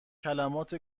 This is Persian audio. کلمات